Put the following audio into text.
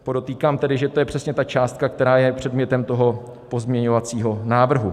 Podotýkám tedy, že to je přesně ta částka, která je předmětem toho pozměňovacího návrhu.